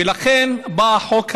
ולכן בא החוק הזה,